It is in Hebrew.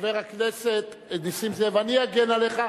חבר הכנסת נסים זאב, אני אגן עליך.